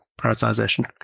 prioritization